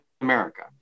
America